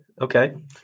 okay